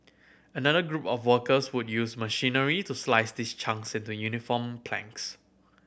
another group of workers would use machinery to slice these chunks into uniform planks